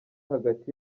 hagati